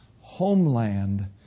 Homeland